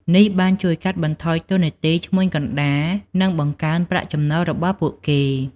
នេះបានជួយកាត់បន្ថយតួនាទីឈ្មួញកណ្តាល និងបង្កើនប្រាក់ចំណូលរបស់ពួកគេ។